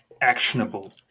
actionable